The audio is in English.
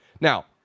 Now